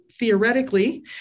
Theoretically